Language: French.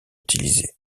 utilisés